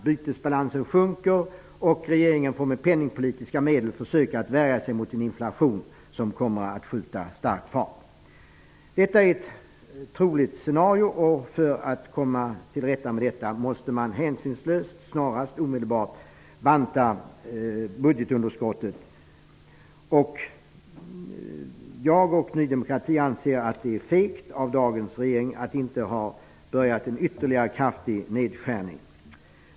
Bytesbalansen försämras, och regeringen får med penningpolitiska medel försöka att värja sig mot en inflation som starkt kommer att skjuta fart. Detta är ett troligt scenario. För att komma till rätta med detta måste man omedelbart och hänsynslöst banta budgetunderskottet. Jag och Ny demokrati anser att det är fegt av dagens regering att inte ha börjat med en ytterligare kraftig nedskärning.